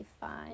fine